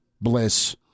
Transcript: Bliss